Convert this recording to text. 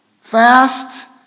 Fast